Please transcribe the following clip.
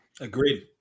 Agreed